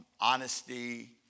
honesty